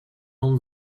home